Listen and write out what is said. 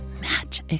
match